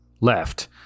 left